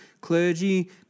clergy